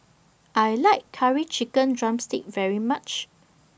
I like Curry Chicken Drumstick very much